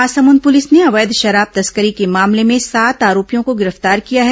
Mahasamund police ने अवैध शराब तस्करी के मामले में सात आरोपियों को गिरफ्तार किया है